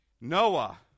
Noah